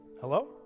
Hello